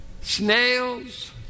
snails